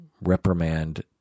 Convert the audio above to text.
reprimand